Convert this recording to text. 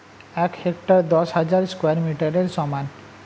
এক হেক্টার দশ হাজার স্কয়ার মিটারের সমান